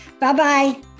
Bye-bye